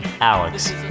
Alex